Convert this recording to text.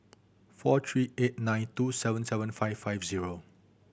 four three eight nine two seven seven five five zero